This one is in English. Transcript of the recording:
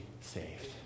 saved